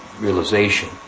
realization